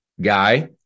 guy